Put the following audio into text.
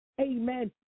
amen